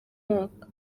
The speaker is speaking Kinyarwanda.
mwaka